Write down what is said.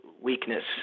weakness